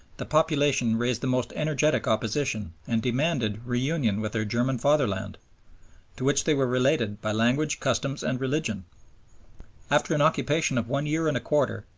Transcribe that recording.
the population raised the most energetic opposition and demanded reunion with their german fatherland to which they were related by language, customs, and religion after an occupation of one year and a quarter,